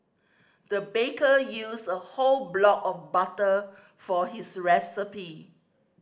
the baker used a whole block of butter for his recipe